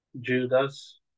Judas